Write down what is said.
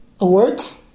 Awards